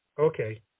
Okay